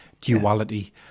duality